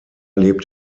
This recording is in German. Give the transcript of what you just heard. lebt